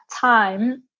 time